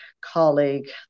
colleague